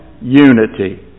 unity